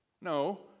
No